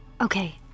Okay